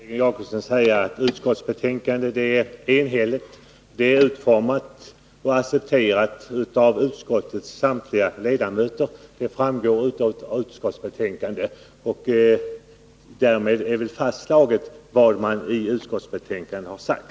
Herr talman! Jag vill till Egon Jacobsson säga att utskottsbetänkandet är enhälligt. Det är utformat och accepterat av utskottets samtliga ledamöter — det framgår av betänkandet.